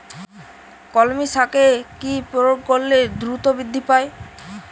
কলমি শাকে কি প্রয়োগ করলে দ্রুত বৃদ্ধি পায়?